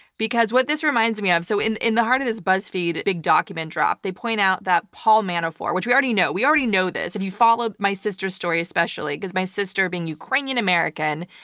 because what this reminds me of so in in the heart of this buzzfeed big document drop, they point out that paul manafort which we already know we already know this if you've followed my sister's story especially, because my sister, being ukrainian-american,